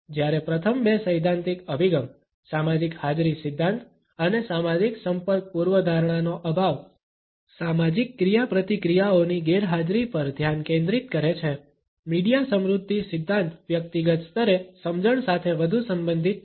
જ્યારે પ્રથમ બે સૈદ્ધાંતિક અભિગમ સામાજિક હાજરી સિદ્ધાંત અને સામાજિક સંપર્ક પૂર્વધારણાનો અભાવ સામાજિક ક્રિયાપ્રતિક્રિયાઓની ગેરહાજરી પર ધ્યાન કેન્દ્રિત કરે છે મીડિયા સમૃદ્ધિ સિદ્ધાંત વ્યક્તિગત સ્તરે સમજણ સાથે વધુ સંબંધિત છે